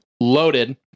loaded